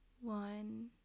One